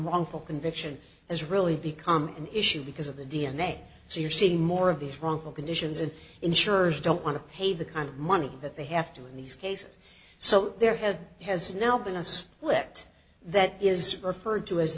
uncle conviction has really become an issue because of the d n a so you're seeing more of these wrongful conditions and insurers don't want to pay the kind of money that they have to in these cases so their head has now been a split that is referred to as